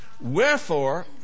Wherefore